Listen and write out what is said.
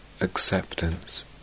acceptance